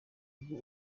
ubu